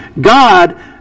god